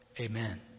Amen